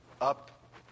up